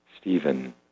Stephen